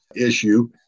issue